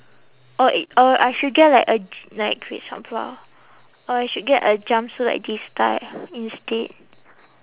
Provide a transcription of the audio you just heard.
or eh uh I should get like a j~ like or I should get a jumpsuit like this style instead